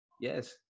yes